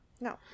no